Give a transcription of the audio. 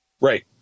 right